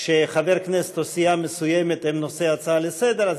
כשחבר כנסת או סיעה מסוימת הם נושא ההצעה לסדר-היום,